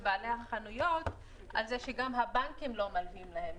ומבעלי החנויות שגם הבנקים לא מלווים להם.